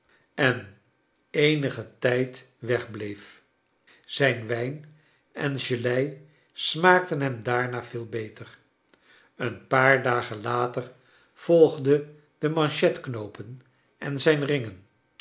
en eenigen tijd weg bleef zijn wijn en gelei smaakten hem daarna veel bster een paar dagen later volgden de manchetknoopen en zijn ringen